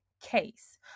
case